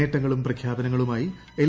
നേട്ടങ്ങളും പ്രഖ്യാപനങ്ങളുമായി എൽ